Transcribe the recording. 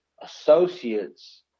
associates